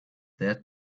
that